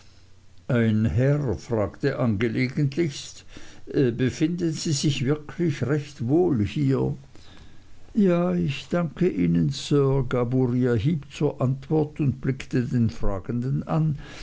ein herr fragte angelegentlichst befinden sie sich wirklich recht wohl hier ja ich danke ihnen sir gab uriah heep zur antwort und blickte den fragenden an